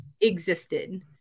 existed